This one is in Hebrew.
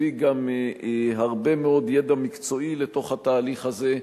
הביא גם הרבה מאוד ידע מקצועי לתוך התהליך הזה,